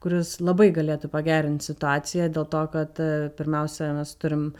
kuris labai galėtų pagerinti situaciją dėl to kad e pirmiausia mes turim